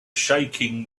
shaking